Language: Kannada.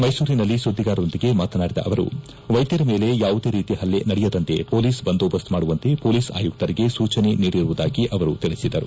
ಮೈಸೂರಿನಲ್ಲಿ ಸುದ್ದಿಗಾರರೊಂದಿಗೆ ಮಾತನಾಡಿದ ಅವರು ವೈದ್ಯರ ಮೇಲೆ ಯಾವುದೇ ರೀತಿ ಹಲ್ಲೆ ನಡೆಯದಂತೆ ಪೊಲೀಸ್ ಬಂದೋಬಸ್ತ್ ಮಾಡುವಂತೆ ಪೊಲೀಸ್ ಆಯುಕರಿಗೆ ಸೂಚನೆ ನೀಡಿರುವುದಾಗಿ ಅವರು ತಿಳಿಸಿದರು